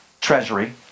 treasury